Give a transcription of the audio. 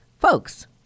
folks